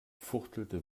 fuchtelte